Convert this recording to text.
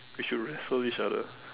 we should wrestle each other